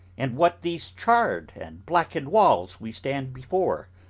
and what these charred and blackened walls we stand before?